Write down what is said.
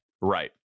Right